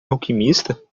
alquimista